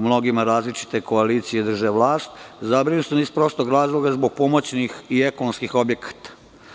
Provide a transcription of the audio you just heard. mnogima različite koalicije drže vlast i zabrinut sam iz prostog razloga zbog pomoćnih i ekonomskih objekata.